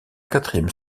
quatrième